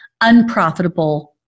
unprofitable